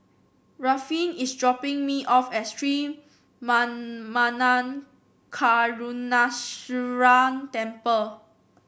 Ruffin is dropping me off at Sri Manmatha Karuneshvarar Temple